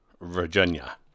Virginia